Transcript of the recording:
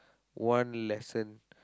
one lesson